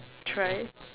try